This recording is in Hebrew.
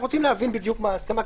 אנחנו רוצים להבין בדיוק מה ההסכמה,